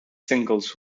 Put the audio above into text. singles